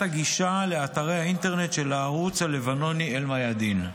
הגישה לאתרי האינטרנט של הערוץ הלבנוני אל-מיאדין.